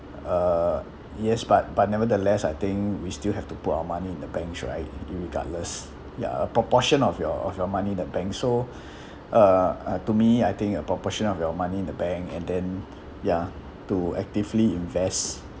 uh yes but but nevertheless I think we still have to put our money in the banks right irregardless ya a proportion of your of your money in the bank so uh uh to me I think a proportion of your money in the bank and then ya to actively invest